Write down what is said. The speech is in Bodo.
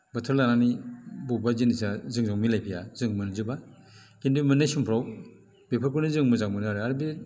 बोथोर लानानै बबेबा जिनिसा जोंजों मिलायफैया जों मोनजोबा खिन्थु मोननाय समफोराव बेफोरखौनो जों मोजां मोनो आरो आरो बे